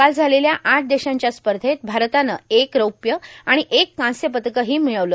काल झालेल्या आठ देशांच्या स्पधत भारतानं एक रौप्य आर्ाण एक कांस्य पदकर्हा ामळवलं